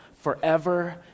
forever